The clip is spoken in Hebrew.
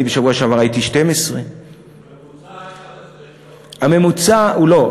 אני בשבוע שעבר ראיתי 12. הממוצע 11 שעות.